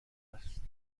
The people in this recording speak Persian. است